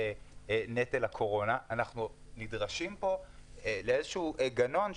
נטל הקורונה ואנחנו נדרשים לאיזשהו גנון שאומר: